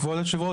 כבוד יושב הראש,